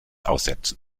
aussetzen